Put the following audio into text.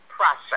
Process